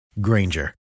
Granger